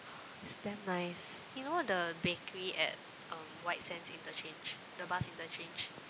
it's damn nice you know the bakery at um White-Sands-Interchange the bus interchange